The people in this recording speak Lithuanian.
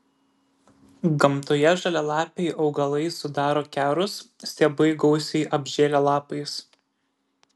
gamtoje žalialapiai augalai sudaro kerus stiebai gausiai apžėlę lapais